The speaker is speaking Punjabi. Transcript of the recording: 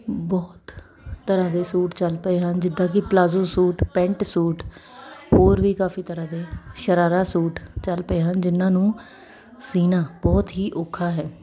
ਬਹੁਤ ਤਰ੍ਹਾਂ ਦੇ ਸੂਟ ਚੱਲ ਪਏ ਹਨ ਜਿੱਦਾਂ ਕਿ ਪਲਾਜੋ ਸੂਟ ਪੈਂਟ ਸੂਟ ਹੋਰ ਵੀ ਕਾਫ਼ੀ ਤਰ੍ਹਾਂ ਦੇ ਸ਼ਰਾਰਾ ਸੂਟ ਚੱਲ ਪਏ ਹਨ ਜਿਹਨਾਂ ਨੂੰ ਸੀਣਾ ਬਹੁਤ ਹੀ ਔਖਾ ਹੈ